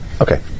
Okay